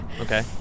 okay